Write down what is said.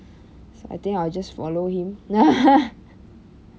so I think I'll just follow him